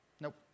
Nope